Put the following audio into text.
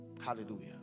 Hallelujah